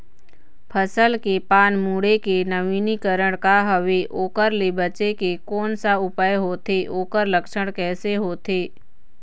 फसल के पान मुड़े के नवीनीकरण का हवे ओकर ले बचे के कोन सा उपाय होथे ओकर लक्षण कैसे होथे?